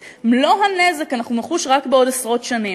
כי את מלוא הנזק אנחנו נחוש רק בעוד עשרות שנים.